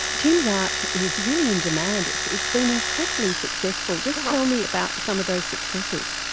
tim's art is really in demand. it's it's been incredibly successful. just tell me about some of those successes.